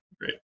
great